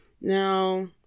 Now